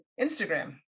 Instagram